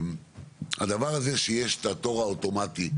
הדבר הזה שיש התור האוטומטי,